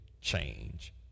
change